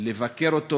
לבקר אותו.